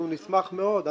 אנחנו נשמח מאוד.